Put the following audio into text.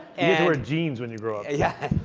and wear jeans when you grow up. yeah.